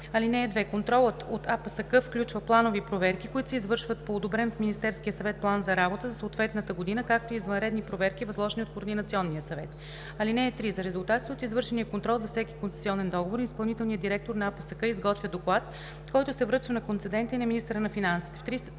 (2) Контролът от АПСК включва планови проверки, които се извършват по одобрен от Министерския съвет план за работа за съответната година, както и извънредни проверки, възложени от Координационния съвет. (3) За резултатите от извършения контрол за всеки концесионен договор изпълнителният директор на АПСК изготвя доклад, който се връчва на концедента и на министъра на финансите.